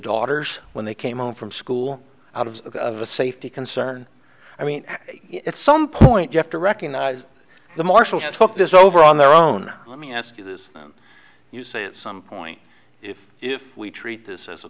daughters when they came home from school out of a safety concern i mean at some point you have to recognize the marshals took this over on their own let me ask you this then you say at some point if if we treat this as a